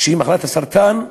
מחלת הסרטן,